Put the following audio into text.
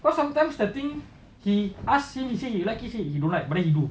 cause sometimes the thing he ask him he say he like it he say he don't like but then he do